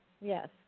yes